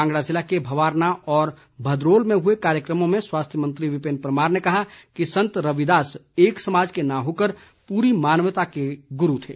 कांगड़ा जिले के भवारना और भदरोल में हुए कार्यक्रमों में स्वास्थ्य मंत्री विपिन परमार ने कहा कि संत रविदास एक समाज के न होकर पूरी मानवता के गुरू थे